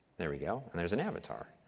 there we go. and there's an avatar.